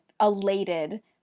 elated